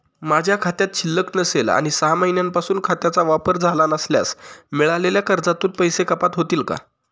माझ्या खात्यात शिल्लक नसेल आणि सहा महिन्यांपासून खात्याचा वापर झाला नसल्यास मिळालेल्या कर्जातून पैसे कपात होतील का?